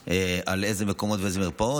או יותר מה קורה שם,